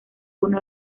uno